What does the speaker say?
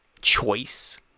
choice